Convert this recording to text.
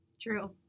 True